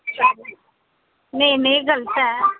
नेईं नेईं गलत ऐ